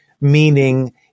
meaning